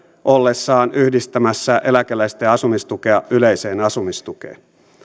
ollessaan yhdistämässä eläkeläisten asumistukea yleiseen asumistukeen